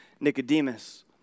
Nicodemus